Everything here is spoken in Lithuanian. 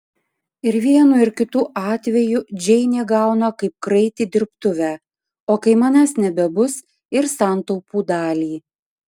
ir vienu ir kitu atveju džeinė gauna kaip kraitį dirbtuvę o kai manęs nebebus ir santaupų dalį